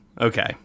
Okay